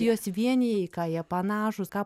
juos vienija į ką jie panašūs ką